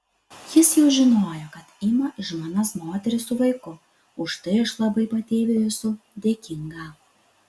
jis jau žinojo kad ima į žmonas moterį su vaiku už tai aš labai patėviui esu dėkinga